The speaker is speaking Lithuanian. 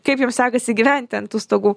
kaip jom sekasi gyventi ant stogų